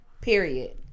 Period